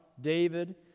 David